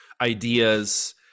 ideas